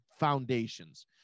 Foundations